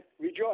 Rejoice